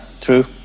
true